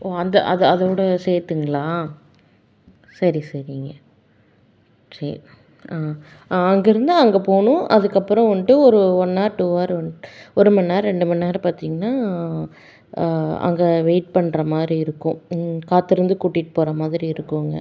ஓ அந்த அதை அதோடய சேர்த்துங்களா சரி சரிங்க சரி ஆ ஆ அங்கேருந்து அங்கே போகணும் அதுக்கப்புறம் வந்துட்டு ஒரு one or two or one ஒரு மணிநேரம் ரெண்டு மணிநேரம் பார்த்தீங்கன்னா அங்கே வெயிட் பண்ணுற மாதிரி இருக்கும் காத்திருந்து கூட்டிட்டு போகிற மாதிரி இருக்குதுங்க